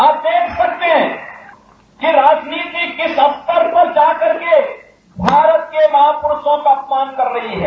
आप देख सकते है कि राजनीति किस हद पर जा करके भारत के महापुरूषों का अपमान कर रही है